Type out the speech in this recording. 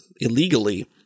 illegally